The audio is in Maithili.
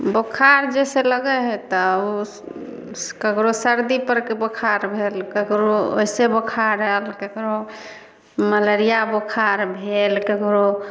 बुखार जइसे लगै हइ तऽ ओ केकरो सर्दी परके बुखार भेल केकरो वैसे बुखार आयल केकरो मलेरिया बुखार भेल केकरो